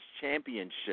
championship